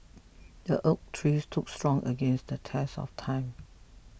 the oak tree stood strong against the test of time